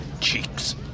cheeks